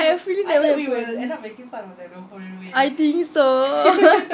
I have a feeling that we will I think so